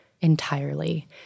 entirely